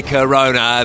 Corona